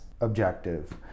objective